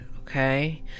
Okay